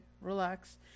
Relax